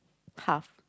half